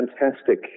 fantastic